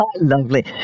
Lovely